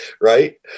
right